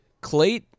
Clay